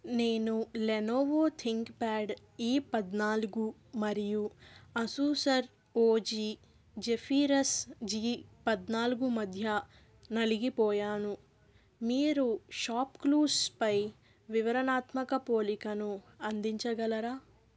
నేను Lenovo ThinkPad E పద్నాలుగు మరియు Asus O G Zephyrus G పద్నాలుగు మధ్య నలిగిపోయాను మీరు షాప్ క్లూస్పై వివరణాత్మక పోలికను అందించగలరా